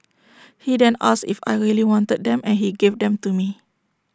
he didn't asked if I really wanted them and he gave them to me